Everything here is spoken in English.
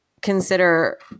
consider